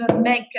make